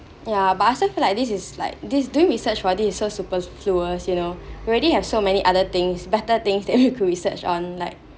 ya but I also feel like this is like this doing research for this is so superfluous you know we already have so many other things better things that you could research on like